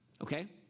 Okay